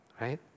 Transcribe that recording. Right